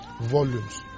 volumes